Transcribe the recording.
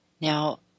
Now